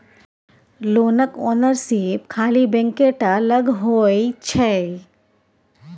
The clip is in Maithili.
लोनक ओनरशिप खाली बैंके टा लग होइ छै